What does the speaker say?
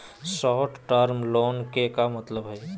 Short term loan के का मतलब हई?